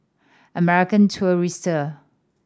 American Tourister